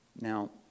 now